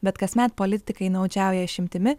bet kasmet politikai naudžiauja išimtimi